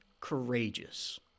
courageous